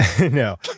No